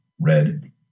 red